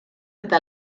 eta